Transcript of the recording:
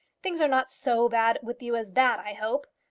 things are not so bad with you as that, i hope?